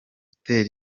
hotel